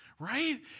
right